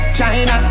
China